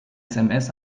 sms